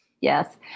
Yes